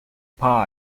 par